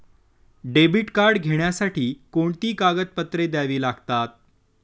Debit card घेण्यासाठी कोणती कागदपत्रे द्यावी लागतात?